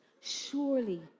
Surely